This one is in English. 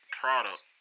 product